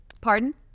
Pardon